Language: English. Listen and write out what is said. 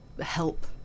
help